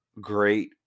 great